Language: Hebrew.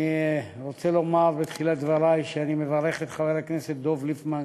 אני רוצה לומר בתחילת דברי שאני מברך את חבר הכנסת דב ליפמן